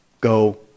go